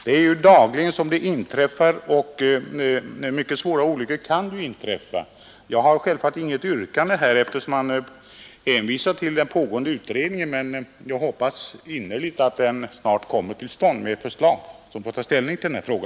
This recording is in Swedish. De förekommer dagligen, och mycket svåra olyckor kan inträffa. Jag har, herr talman, självfallet intet yrkande, eftersom utskottet hänvisar till den pågående utredningen. Men jag hoppas innerligt att utredningen snart kommer med ett förslag, som tar ställning till denna fråga.